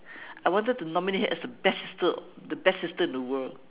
I wanted to nominate her as the best sister the best sister in the world